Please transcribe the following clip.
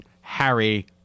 Harry